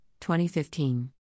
2015